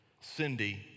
Cindy